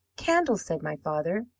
candles, said my father.